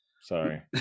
Sorry